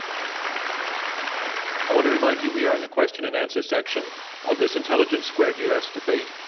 um i want to remind you, we are in the question and answer section of this intelligence squared u. s. debate.